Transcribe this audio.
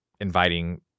inviting